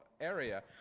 area